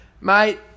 mate